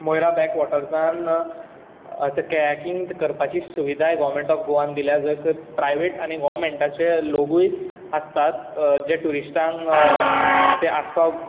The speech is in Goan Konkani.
मोयरा बॅकवोटर्सान कायाकींग करपाची सुविधाय गोवर्मेंट ऑफ गोवान दिल्या थंय प्रायवेट आनी गवर्मेंटाचे लोगूय आसतात जे ट्युरिस्टांक ते आस्पाव